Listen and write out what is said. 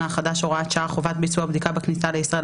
החדש (הוראת שעה) (חובת ביצוע בדיקה בכניסה לישראל),